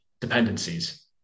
dependencies